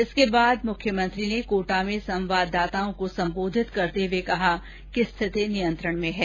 इसके बाद मुख्यमंत्री ने कोटा में संवाददाताओं को सम्बोधित करते हुए कहा कि स्थिति नियंत्रण में है